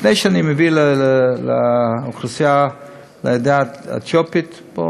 אבל לפני שאני מביא לעדה האתיופית פה,